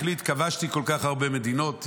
החליט: כבשתי כל כך הרבה מדינות,